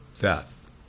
death